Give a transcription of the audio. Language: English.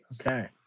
okay